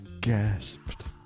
gasped